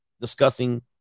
discussing